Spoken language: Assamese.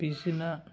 পিছদিনা